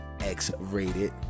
X-rated